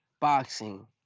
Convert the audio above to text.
boxing